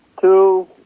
two